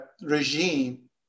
regime